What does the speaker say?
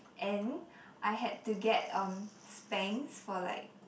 and I had to get um spanks for like